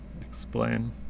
explain